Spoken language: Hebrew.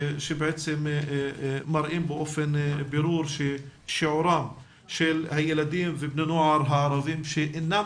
שבעצם מראים באופן ברור ששיעורם של הילדים ובני הנוער הערבים שאינם